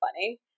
funny